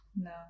No